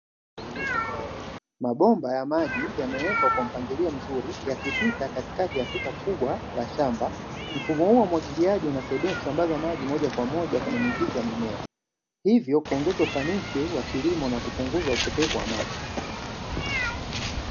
Mabomba ya maji yamewekwa kwa mpangilio mzuri yakipita katikati ya kuta kubwa za shamba, mfumo huu wa umwagiliaji uasaidia kusambaza maji moja kwa moja kwenye mizizi ya mimea hivyo kuongeza ufanisi wa kilimo na kupunguza upotevu wa maji.